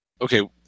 Okay